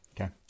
Okay